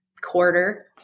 quarter